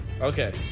Okay